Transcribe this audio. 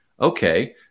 Okay